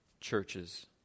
churches